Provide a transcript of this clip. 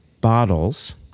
bottles